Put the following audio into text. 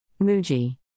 Muji